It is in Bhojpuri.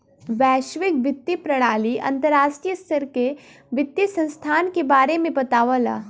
वैश्विक वित्तीय प्रणाली अंतर्राष्ट्रीय स्तर के वित्तीय संस्थान के बारे में बतावला